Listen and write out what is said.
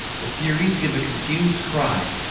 the furies give a confused cry.